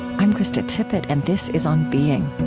i'm krista tippett, and this is on being